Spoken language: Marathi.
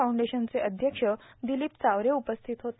फाऊंडेशनचे अध्यक्ष दिलीप चावरे उपस्थित होते